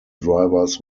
drivers